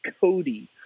Cody